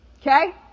Okay